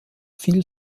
viel